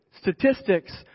statistics